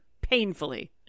painfully